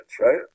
right